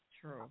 True